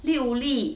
六粒